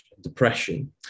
depression